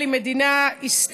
תודה רבה, אדוני היושב בראש.